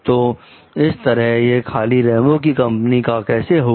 तो इस तरह यह खाली रेमो की कंपनी का कैसे हुआ